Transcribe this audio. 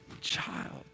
child